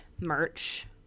merch